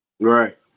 Right